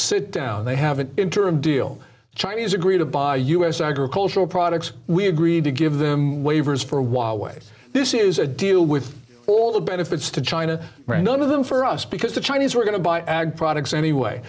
sit down they haven't interim deal the chinese agreed to buy us agricultural products we agreed to give them waivers for awhile way this is a deal with all the benefits to china right none of them for us because the chinese were going to buy ag products anyway